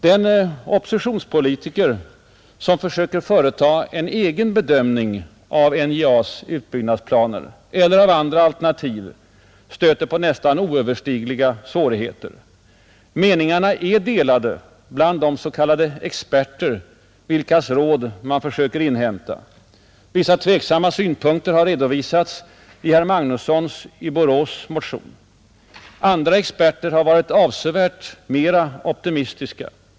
Den oppositionspolitiker som försöker företa en egen bedömning av NJA:s utbyggnadsplaner eller av andra alternativ stöter på nästan oöverstigliga svårigheter. Meningarna är delade bland de s.k. experter, vilkas råd man försöker inhämta, Vissa tveksamma synpunkter har redovisats i herr Magnussons i Borås motion. Andra experter har varit avsevärt mera optimistiska.